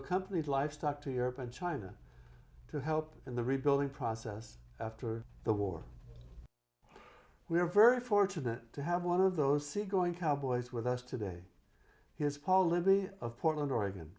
accompanied livestock to europe and china to help in the rebuilding process after the war we are very fortunate to have one of those sea going cowboys with us today here's paul libby of portland oregon